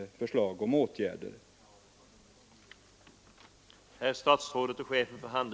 Utvecklingen går snabbt på detta område — det har vi märkt då vi sett på detaljhandeln.